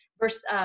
verse